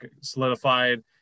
solidified